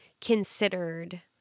considered